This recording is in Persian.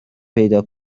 پیدا